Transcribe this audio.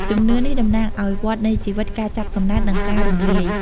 ជំនឿនេះតំណាងឱ្យវដ្ដនៃជីវិត ការចាប់កំណើត និងការរំលាយ។